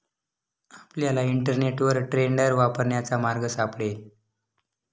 आपल्याला इंटरनेटवर टेंडर वापरण्याचा मार्ग सापडेल